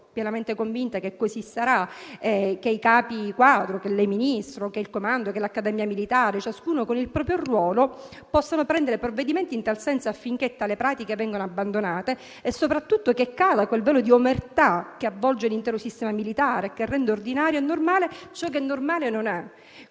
pienamente convinta che così sarà - che i capi quadro, lei, signor Ministro, il Comando e l'Accademia militare, ciascuno con il proprio ruolo, prendano provvedimenti in tal senso, affinché tali pratiche vengano abbandonate e soprattutto cada quel velo di omertà che avvolge l'intero sistema militare e rende ordinario e normale ciò che non lo è.